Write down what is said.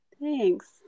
Thanks